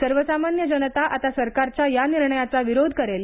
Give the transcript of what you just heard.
सर्वसामान्य जनता आता सरकारच्या या निर्णयाचा विरोध करेल